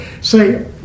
Say